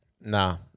Nah